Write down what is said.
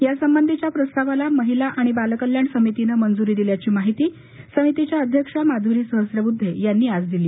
यासंबंधीच्या प्रस्तावाला महिला बालकल्याण समितीने मंजुरी दिल्याची माहिती अध्यक्षा माधुरी सहस्त्रबुद्धे यांनी दिली